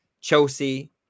chelsea